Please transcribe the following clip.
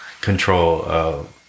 control